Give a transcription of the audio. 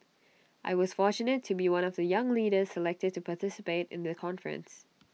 I was fortunate to be one of the young leaders selected to participate in the conference